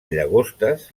llagostes